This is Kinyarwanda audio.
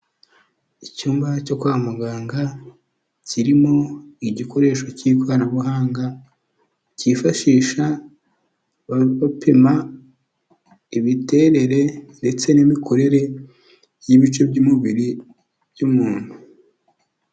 Icyumba cyo kwa muganga, kirimo igikoreshwa cy'ikoranabuhanga cyifashishwa bapima imiterere ndetse n'imikorere y'ibice by'umubiri by'umuntu.